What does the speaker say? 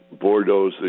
Bordeaux